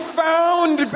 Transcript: found